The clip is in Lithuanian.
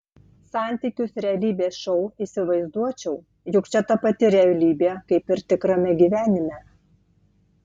santykius realybės šou įsivaizduočiau juk čia ta pati realybė kaip ir tikrame gyvenime